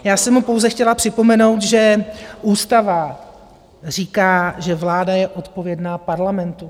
Já jsem mu pouze chtěla připomenout, že ústava říká, že vláda je odpovědná Parlamentu.